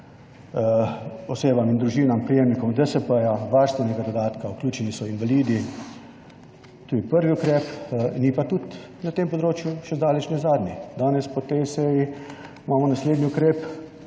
osebam in družinam, prejemnikom DSP, varstvenega dodatka, vključeni so invalidi. To je prvi ukrep. Ni pa tudi na tem področju še zdaleč ne zadnji. Danes po tej seji imamo naslednji ukrep,